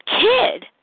kid